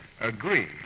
agree